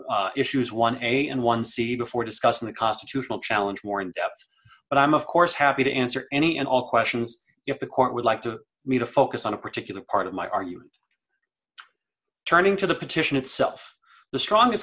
on issues one and one see before discussing the constitutional challenge more in depth but i'm of course happy to answer any and all questions if the court would like to me to focus on a particular part of my are you turning to the petition itself the strongest